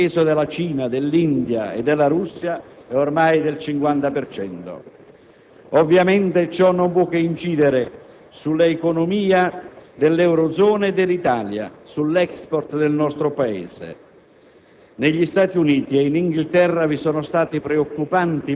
Il Fondo monetario internazionale stima che il peso della Cina, dell'India e della Russia è ormai del 50 per cento. Ovviamente, ciò non può che incidere sull'economia dell'eurozona e dell'Italia, sull'*export* del nostro Paese.